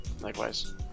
Likewise